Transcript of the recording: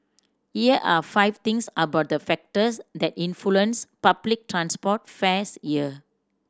here are five things about the factors that influence public transport fares here